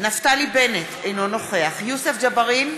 נפתלי בנט, אינו נוכח יוסף ג'בארין,